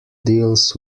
deals